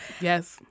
Yes